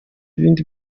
ibindi